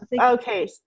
Okay